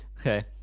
okay